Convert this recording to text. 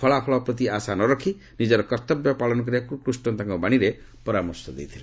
ଫଳାଫଳ ପ୍ରତି ଆଶା ନ ରଖି ନିଜର କର୍ତ୍ତବ୍ୟ ପାଳନ କରିବାକୁ କୃଷ୍ଣ ତାଙ୍କ ବାଣୀରେ ପରାମର୍ଶ ଦେଇଥିଲେ